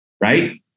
right